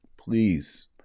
please